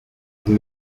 d’une